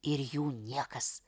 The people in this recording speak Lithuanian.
ir jų niekas